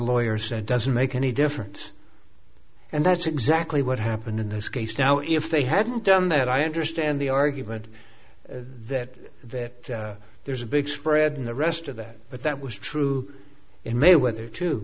lawyer said doesn't make any difference and that's exactly what happened in this case now if they hadn't done that i understand the argument that there's a big spread in the rest of that but that was true in may whether to